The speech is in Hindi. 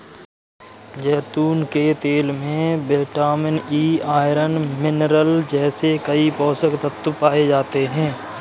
जैतून के तेल में विटामिन ई, आयरन, मिनरल जैसे कई पोषक तत्व पाए जाते हैं